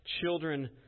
Children